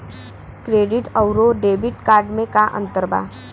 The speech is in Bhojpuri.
क्रेडिट अउरो डेबिट कार्ड मे का अन्तर बा?